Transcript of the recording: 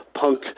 punk